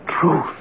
truth